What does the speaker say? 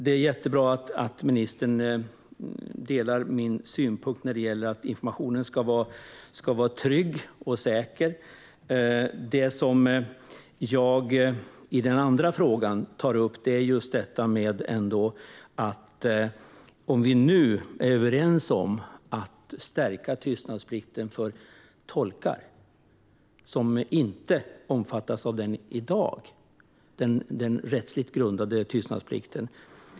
Det är jättebra att ministern delar min synpunkt när det gäller att informationen ska vara trygg och säker. Det som jag tar upp i den andra frågan är detta med att stärka tystnadsplikten för tolkar som i dag inte omfattas av den rättsligt grundade tystnadsplikten.